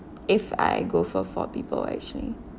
if I go for four people actually